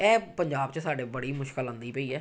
ਇਹ ਪੰਜਾਬ 'ਚ ਸਾਡੇ ਬੜੀ ਮੁਸ਼ਕਿਲ ਆਉਂਦੀ ਪਈ ਹੈ